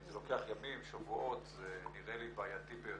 זה לוקח ימים, שבועות, זה נראה לי בעייתי ביותר.